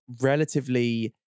relatively